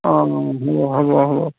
অঁ অঁ হ'ব হ'ব হ'ব